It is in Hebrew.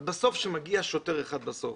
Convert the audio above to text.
אבל בסוף כשמגיע שוטר אחד בסוף,